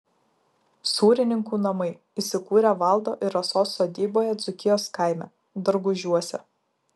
sūrininkų namai įsikūrę valdo ir rasos sodyboje dzūkijos kaime dargužiuose